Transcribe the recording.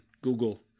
Google